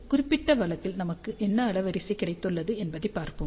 இந்த குறிப்பிட்ட வழக்கில் நமக்கு என்ன அலைவரிசை கிடைத்துள்ளது என்பதைப் பார்ப்போம்